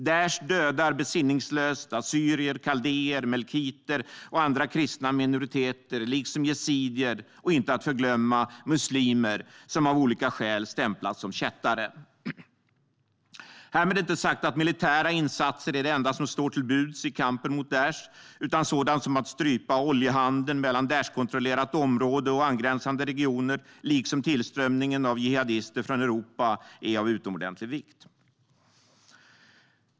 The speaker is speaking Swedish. Daish dödar besinningslöst assyrier, kaldéer, melkiter och andra kristna minoriteter, liksom yazidier och - inte att förglömma - muslimer som av olika skäl stämplas som kättare. Härmed är det inte sagt att militära insatser är det enda som står till buds i kampen mot Daish, utan sådant som att strypa oljehandeln mellan Daishkontrollerat område och angränsande regioner, liksom tillströmningen av jihadister från Europa, är av utomordentlig vikt.